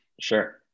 Sure